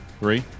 three